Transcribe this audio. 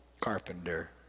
carpenter